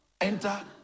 enter